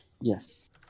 yes